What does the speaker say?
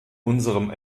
unserem